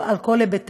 על כל היבטיה.